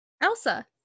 Elsa